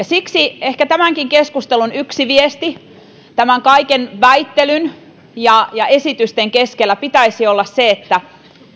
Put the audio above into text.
siksi ehkä tämänkin keskustelun yksi viesti tämän kaiken väittelyn ja ja esitysten keskellä pitäisi olla se että